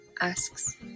asks